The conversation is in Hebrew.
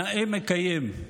נאה מקיים".